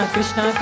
Krishna